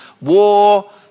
war